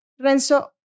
Renzo